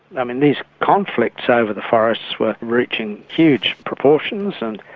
i mean, these conflicts over the forests were reaching huge proportions and,